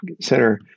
center